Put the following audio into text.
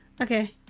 okay